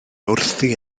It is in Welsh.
wrthi